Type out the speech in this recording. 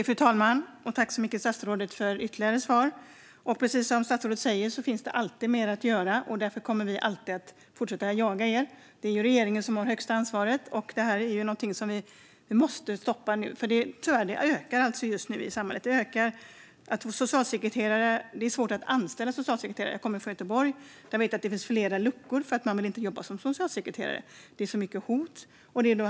Fru talman! Jag tackar statsrådet för ytterligare svar. Precis som statsrådet säger finns det alltid mer att göra. Därför kommer vi alltid att fortsätta att jaga er. Det är ju regeringen som har det högsta ansvaret. Och detta är någonting som vi måste stoppa nu. Tyvärr ökar det just nu i samhället. Det är svårt att anställa socialsekreterare. Jag kommer från Göteborg, och jag vet att det finns flera luckor för att många inte vill jobba som socialsekreterare på grund av att det finns så många hot.